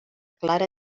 clara